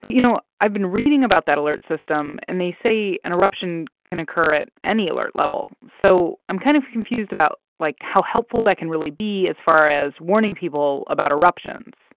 but, you know, i've been reading about that alert system, and they say an eruption can occur at any alert level. so i'm kind of confused about, like, how helpful that can really be as far as warning people about eruptions